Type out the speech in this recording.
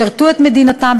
שירתו את מדינתם,